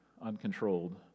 uncontrolled